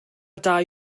dau